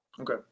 Okay